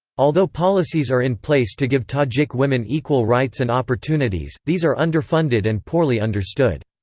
although policies are in place to give tajik women equal rights and opportunities, these are underfunded and poorly understood.